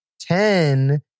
Ten